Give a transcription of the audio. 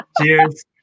Cheers